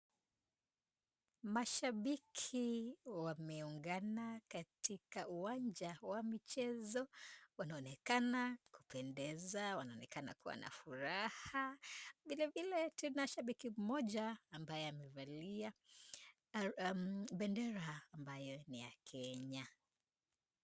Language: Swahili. Mashabiki wameungana katika uwanja wa michezo. Wanaonekana kupendeza, wanaonekana kuwa na furaha. Vilevile tuna shabiki mmoja ambaye amevalia bendera ambayo ni ya Kenya.